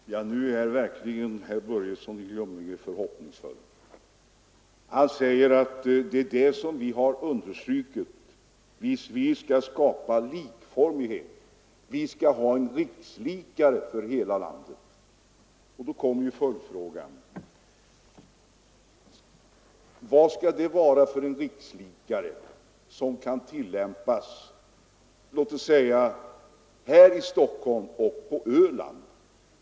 Fru talman! Nu är verkligen herr Börjesson i Glömminge förhoppningsfull. Han säger: Vi skall skapa likformighet; vi skall ha en rikslikare för hela landet. Då ställer jag följdfrågan: Vad skall det vara för en rikslikare som kan tillämpas låt oss säga här i Stockholm och på Öland?